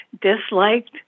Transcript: disliked